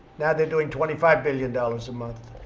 now they're doing twenty five billion dollars a month.